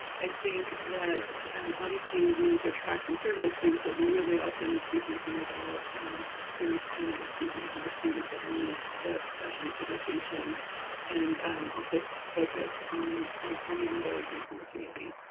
i think that obviously we need to attract and serve those students but we really need to be thinking about um the returning student and the student that needs the professional certification and also focus on meeting those needs in the community.